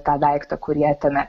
tą daiktą kurį atėmė